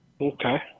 Okay